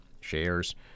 Shares